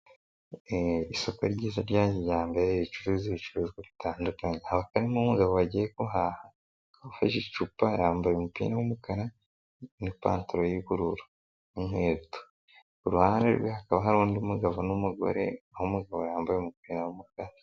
Isoko ryiza ryanjye rya mbere ricuruza ibicuruzwa bitandukanye abari n'umugabo bagiye guhaha afashe icupa yambaye umupira wumukara ni ipantaro y'uburura inkweto ku ruhande rwe hakaba hari undi mugabo n'umugore wumugabo wambaye umupira w'umukara.